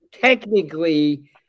technically